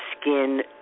skin